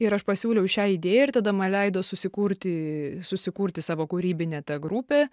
ir aš pasiūliau šią idėją ir tada man leido susikurti susikurti savo kūrybinę tą grupę